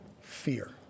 fear